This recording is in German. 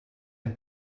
ein